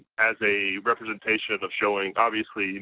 as a representation of showing, obviously,